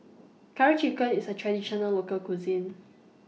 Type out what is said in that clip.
Curry Chicken IS A Traditional Local Cuisine